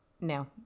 no